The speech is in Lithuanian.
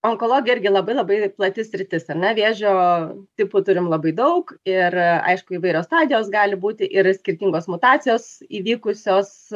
onkologija irgi labai labai plati sritis ar ne vėžio tipų turim labai daug ir aišku įvairios stadijos gali būti ir skirtingos mutacijos įvykusios